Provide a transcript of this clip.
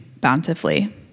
bountifully